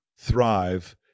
thrive